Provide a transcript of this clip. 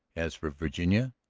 as for virginia,